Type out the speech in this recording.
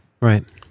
Right